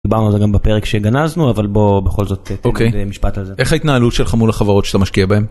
דיברנו על זה גם בפרק שגנזנו, אבל בוא בכל זאת... אוקיי. משפט על זה. איך ההתנהלות שלך מול החברות שאתה משקיע בהם?